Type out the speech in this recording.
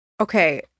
Okay